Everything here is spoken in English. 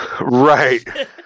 Right